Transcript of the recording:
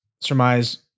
surmise